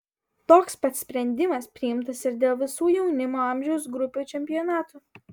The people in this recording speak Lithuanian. toks pat sprendimas priimtas ir dėl visų jaunimo amžiaus grupių čempionatų